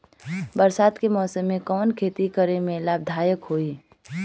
बरसात के मौसम में कवन खेती करे में लाभदायक होयी?